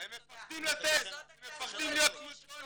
הם מפחדים להיות כמו ג'וני.